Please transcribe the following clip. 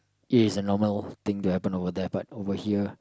this is a normal thing to happen over there but over here